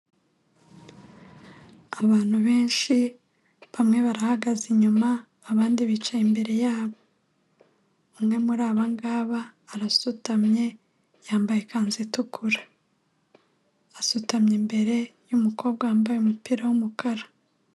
Abantu benshi, bamwe barahagaze inyuma, abandi bicaye imbere yabo. Umwe muri aba ngaba arasutamye yambaye ikanzu itukura. Asutamye imbere y'umukobwa wambaye umupira w'umukara.